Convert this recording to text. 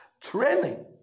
Training